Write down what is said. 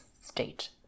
state